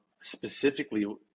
specifically